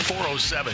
407